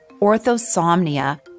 orthosomnia